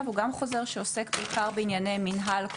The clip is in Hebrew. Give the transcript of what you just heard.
הוא גם חוזר שעוסק בעיקר בענייני מינהל,